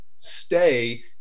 stay –